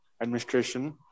administration